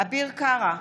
אביר קארה,